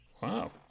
Wow